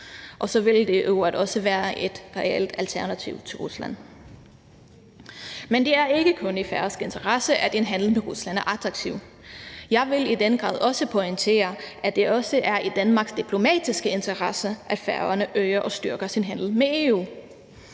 Og så ville det i øvrigt også være et reelt alternativ til Rusland. Men det er ikke kun i færøsk interesse, at handel med Rusland er attraktiv. Jeg vil også pointere, at det i den grad er i Danmarks diplomatiske interesse, at Færøerne øger og styrker sin handel med EU.